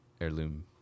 heirloom